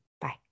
bye